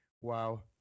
wow